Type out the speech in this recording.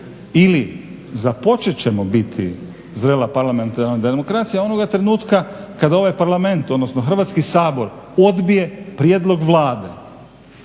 ili započet ćemo biti zrela parlamentarna demokracija onoga trenutka kad ovaj Parlament, odnosno Hrvatski sabor odbije prijedlog Vlade.